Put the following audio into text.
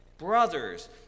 Brothers